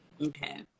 okay